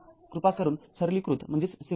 कृपा करून सरलीकृत करा